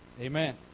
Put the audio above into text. amen